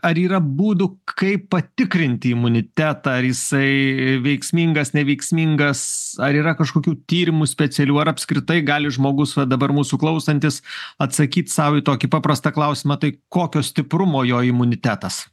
ar yra būdų kaip patikrinti imunitetą ar jisai veiksmingas neveiksmingas ar yra kažkokių tyrimų specialių ar apskritai gali žmogus va dabar mūsų klausantis atsakyt sau į tokį paprastą klausimą tai kokio stiprumo jo imunitetas